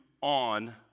on